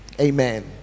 amen